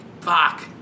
Fuck